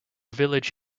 village